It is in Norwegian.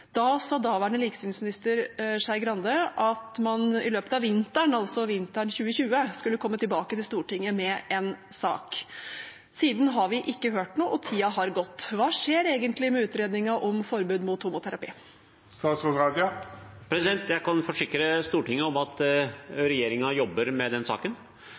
Da sa daværende likestillingsminister, Skei Grande, at man i løpet av vinteren, altså vinteren 2020, skulle komme tilbake til Stortinget med en sak. Siden har vi ikke hørt noe, og tiden har gått. Hva skjer egentlig med utredningen om forbud mot homoterapi? Jeg kan forsikre Stortinget om at regjeringen jobber med den saken,